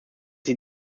sie